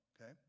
okay